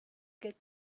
get